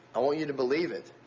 i want you to believe it.